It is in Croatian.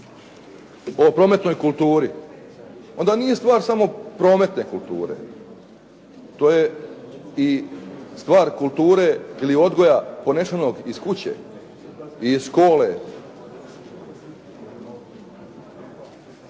o prometnoj kulturi, onda nije samo stvar prometne kulture, to je i stvar kulture ili odgoja ponesenog iz kuće, iz škole.